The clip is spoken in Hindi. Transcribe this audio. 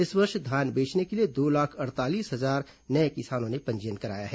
इस वर्ष धान बेचने के लिए दो लाख अड़तालीस हजार नये किसानों ने पंजीयन कराया है